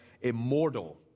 immortal